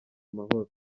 amahoro